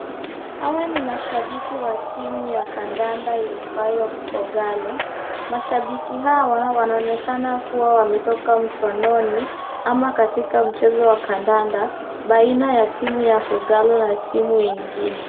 Hawa ni mashabiki wa timu ya kandanda iitwayo Kogalo. Mashabiki hawa wanaonekana kuwa wametoka mchuanoni ama katika mchezo wa kandanda baina ya timu ya Kogalo na timu ingine.